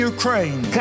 Ukraine